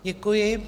Děkuji.